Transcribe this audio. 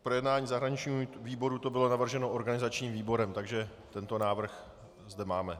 K projednání zahraničnímu výboru to bylo navrženo organizačním výborem, takže tento návrh zde máme.